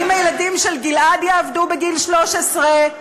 האם הילדים של גלעד יעבדו בגיל 13?